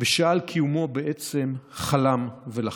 ושעל קיומו בעצם חלם ולחם.